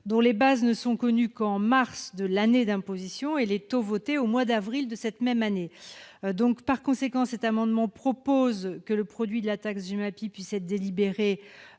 dont les bases ne sont connues qu'en mars de l'année d'imposition et les taux votés au mois d'avril de cette même année. Par conséquent, cet amendement prévoit que le produit de la taxe GEMAPI puisse être délibéré